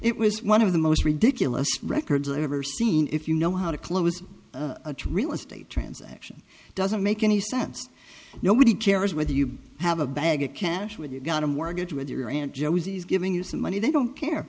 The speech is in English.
it was one of the most ridiculous records i ever seen if you know how to close a real estate transaction doesn't make any sense nobody cares whether you have a bag of cash with you got a mortgage with your aunt josie's giving you some money they don't care